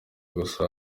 gusa